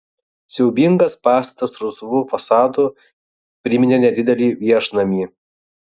siaubingas pastatas rausvu fasadu priminė nedidelį viešnamį